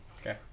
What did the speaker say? Okay